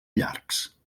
llargs